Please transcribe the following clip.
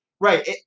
Right